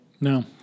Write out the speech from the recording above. No